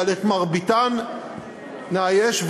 אבל את מרביתן נאייש,